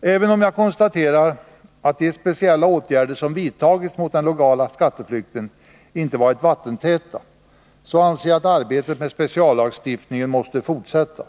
Även om jag konstaterar att de speciella åtgärder som vidtagits mot den legala skatteflykten inte varit vattentäta, så anser jag ändå att arbetet med speciallagstiftningen måste fortsätta.